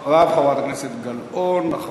אחריו, חברת הכנסת גלאון, ואחריה,